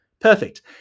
perfect